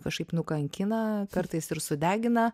kažkaip nukankina kartais ir sudegina